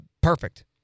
Perfect